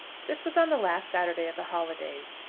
this was on the last saturday of the holidays.